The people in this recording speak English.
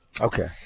Okay